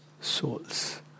souls